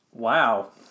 Wow